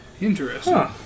Interesting